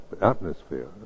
atmosphere